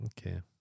Okay